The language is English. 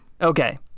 Okay